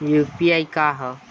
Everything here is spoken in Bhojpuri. यू.पी.आई का ह?